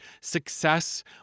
success